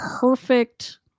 perfect